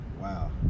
Wow